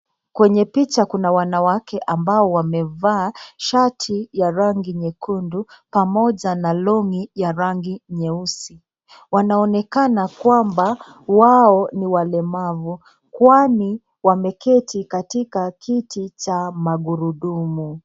Kwenye picha kuna wanawake ambao wamevaa shati ya rangi nyekundu, pamoja na longi ya rangi nyeusi. Wanaonekana kwamba wao ni walemavu kwani wameketi katika kiti cha magurudumu.